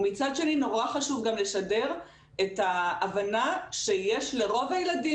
ומצד שני נורא חשוב גם לשדר את ההבנה שיש לרוב הילדים